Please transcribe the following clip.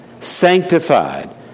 sanctified